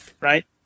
right